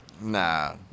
nah